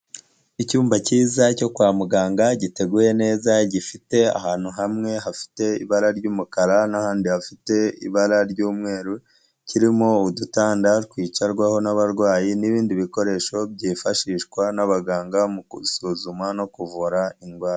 Icyumba cyiza cyo kwa muganga giteguye neza gifite ahantu hamwe hafite ibara ry'umukara n'ahandi hafite ibara ry'umweru, kirimo udutanda twicarwaho n'abarwayi n'ibindi bikoresho byifashishwa n'abaganga mu gusuzuma no kuvura indwara.